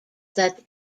that